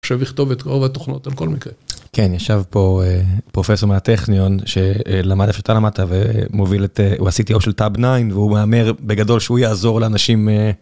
עכשיו לכתוב את רוב התוכנות על כל מקרה. כן, ישב פה פרופסור מהטכניון שלמד איפה שאתה למדת ומוביל את, הוא ה-CTO של tabnine והוא מהמר בגדול שהוא יעזור לאנשים.